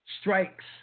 strikes